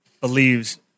believes